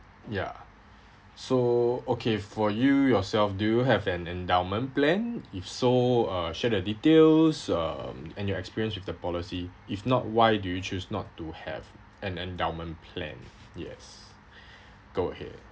ya so okay for you yourself do you have an endowment plan if so uh share the details um and your experience with the policy if not why do you choose not to have an endowment plan yes go ahead